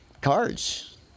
cards